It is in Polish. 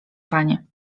panie